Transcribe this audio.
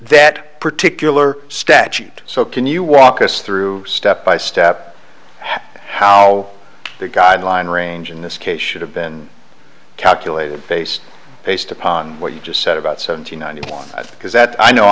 that particular statute so can you walk us through step by step how that guideline range in this case should have been calculated based based upon what you just said about seventy nine because that i know